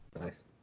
Nice